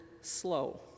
slow